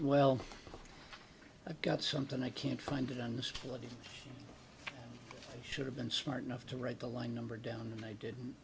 well i've got something i can't find on the stool it should have been smart enough to write the line number down and i didn't